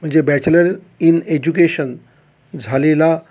म्हणजे bachelor in education झालेला